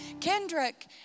Kendrick